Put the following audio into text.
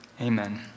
amen